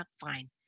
fine